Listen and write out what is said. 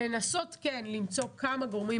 לנסות כן למצוא כמה גורמים